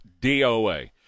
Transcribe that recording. DOA